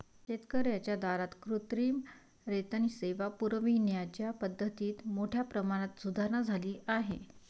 शेतकर्यांच्या दारात कृत्रिम रेतन सेवा पुरविण्याच्या पद्धतीत मोठ्या प्रमाणात सुधारणा झाली आहे